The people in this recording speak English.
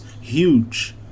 huge